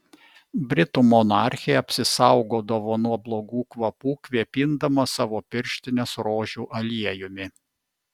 britų monarchė apsisaugodavo nuo blogų kvapų kvėpindama savo pirštines rožių aliejumi